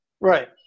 Right